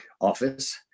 office